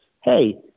hey